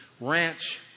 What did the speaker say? ranch